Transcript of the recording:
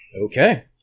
Okay